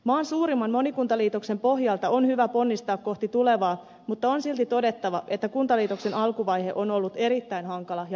maan suurimman monikuntaliitoksen pohjalta on hyvä ponnistaa kohti tulevaa mutta on silti todettava että kuntaliitoksen alkuvaihe on ollut erittäin hankala ja monimutkainen